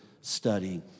study